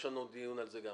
יש לנו דיון גם על זה.